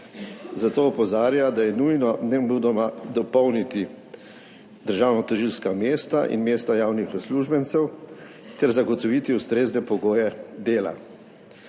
Zato opozarja, da je nujno nemudoma dopolniti državnotožilska mesta in mesta javnih uslužbencev ter zagotoviti ustrezne pogoje dela.